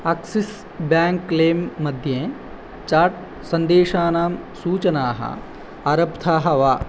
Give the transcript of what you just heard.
Axis bank लेम् मध्ये chat सन्देशानां सूचनाः आरब्धाः वा